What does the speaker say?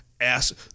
ask